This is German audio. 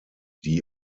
die